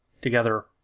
together